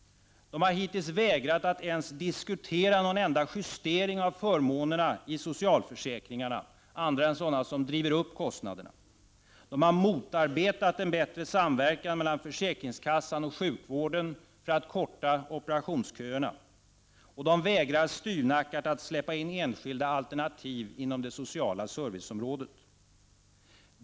De har hittills vägrat att ens diskutera någon enda justering av förmånerna i socialförsäkringarna, andra än sådana som driver upp kostnaderna. De har motarbetat en bättre samverkan mellan försäkringskassan och sjukvården för att korta opera tionsköerna. Och de vägrar styvnackat att släppa in enskilda alternativ inom det sociala serviceområdet.